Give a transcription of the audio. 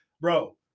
bro